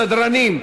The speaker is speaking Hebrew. הסדרנים,